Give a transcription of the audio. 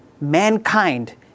mankind